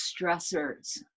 stressors